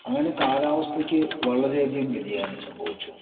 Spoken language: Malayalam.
അങ്ങനെ കാലാവസ്ഥയ്ക്ക് വളരെയധികം വ്യതിയാനം സംഭവിച്ചു